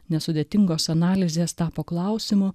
nesudėtingos analizės tapo klausimu